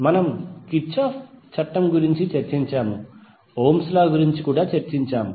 మనము కిర్చాఫ్ చట్టం గురించి చర్చించాము ఓమ్స్ Ohms లా గురించి కూడా చర్చించాము